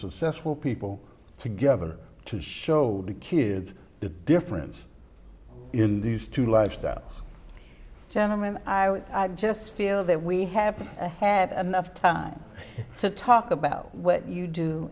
successful people together to show the kids the difference in these two lifestyles gentlemen i would just feel that we have ahead and have time to talk about what you do